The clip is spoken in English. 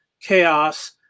chaos